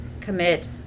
commit